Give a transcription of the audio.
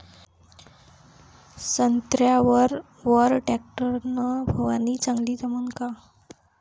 संत्र्यावर वर टॅक्टर न फवारनी चांगली जमन का?